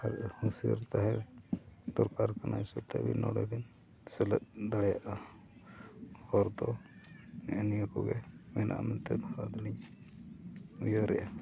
ᱟᱨ ᱦᱩᱸᱥᱤᱭᱟᱹᱨ ᱛᱟᱦᱮᱸ ᱫᱚᱨᱠᱟᱨ ᱠᱟᱱᱟ ᱦᱤᱥᱟᱹᱵᱽᱛᱮ ᱱᱚᱰᱮ ᱵᱤᱱ ᱥᱮᱞᱮᱫ ᱫᱟᱲᱮᱭᱟᱜᱼᱟ ᱦᱚᱨ ᱫᱚ ᱱᱮᱜᱼᱮ ᱱᱤᱭᱟᱹ ᱠᱚᱜᱮ ᱢᱮᱱᱟᱜᱼᱟ ᱢᱮᱱᱛᱮ ᱟᱹᱞᱤᱧ ᱞᱤᱧ ᱩᱭᱟᱹᱨᱮᱜᱼᱟ